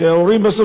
שהורים בסוף,